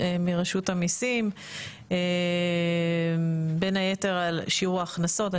מראשות המיסים, בין היתר על שיעור ההכנסות.